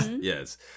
yes